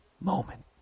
moment